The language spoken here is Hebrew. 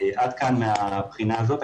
עד כאן מהבחינה הזאת.